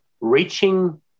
Reaching